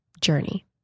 journey